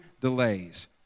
delays